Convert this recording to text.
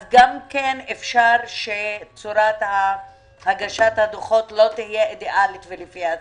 אז גם כן אפשר שצורת הגשת הדוחות לא תהיה אידיאלית ולפי הספר.